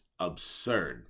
absurd